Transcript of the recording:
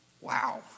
Wow